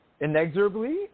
inexorably